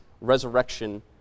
resurrection